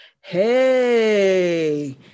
hey